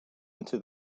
into